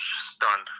stunned